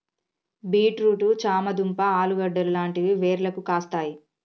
beet root చామ దుంప ఆలుగడ్డలు లాంటివి వేర్లకు కాస్తాయి